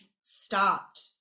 stopped